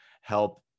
help